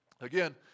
Again